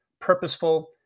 purposeful